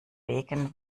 wegen